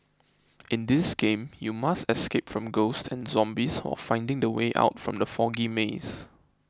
in this game you must escape from ghosts and zombies while finding the way out from the foggy maze